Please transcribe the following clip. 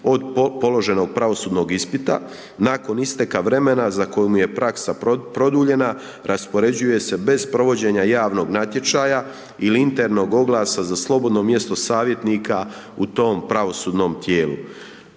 od položenog pravosudnog ispita nakon isteka vremena za koje mu je praksa produljenja, raspoređuje se bez provođenja javnog natječaja ili internog oglasa za slobodno mjesto savjetnika u tom pravosudnom tijelu.